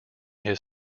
his